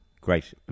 Great